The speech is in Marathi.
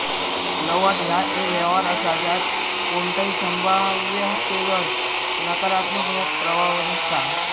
लवाद ह्या एक व्यवहार असा ज्यात कोणताही संभाव्यतेवर नकारात्मक रोख प्रवाह नसता